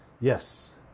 Yes